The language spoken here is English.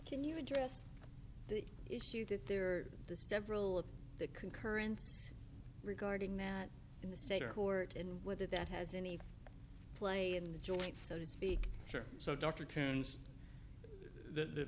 can you address the issue that they're the several of the concurrence regarding that in the state or court and whether that has any play in the joints so to speak sure so dr tunes the